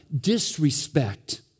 disrespect